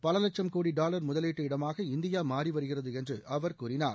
பல லட்சம் கோடி டாலர் முதலீட்டு இடமாக இந்தியா மாறிவருகிறது என்று அவர் கூறினார்